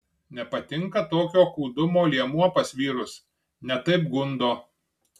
nepatinka tokio kūdumo liemuo pas vyrus ne taip gundo